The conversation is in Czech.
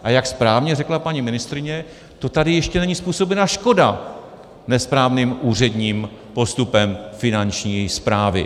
A jak správně řekla paní ministryně, to tady ještě není způsobena škoda nesprávným úředním postupem Finanční správy.